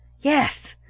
yes,